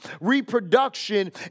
reproduction